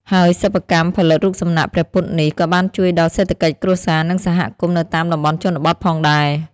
ហើយសិប្បកម្មផលិតរូបសំណាកព្រះពុទ្ធនេះ ក៏បានជួយដល់សេដ្ឋកិច្ចគ្រួសារ និងសហគមន៍នៅតាមតំបន់ជនបទផងដែរ។